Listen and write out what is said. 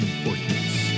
importance